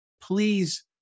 Please